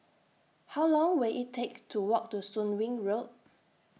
How Long Will IT Take to Walk to Soon Wing Road